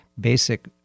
basic